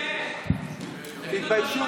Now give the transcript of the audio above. תתביישו לכם.